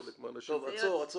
טוב, עצור.